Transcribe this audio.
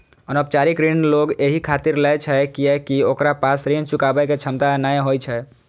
अनौपचारिक ऋण लोग एहि खातिर लै छै कियैकि ओकरा पास ऋण चुकाबै के क्षमता नै होइ छै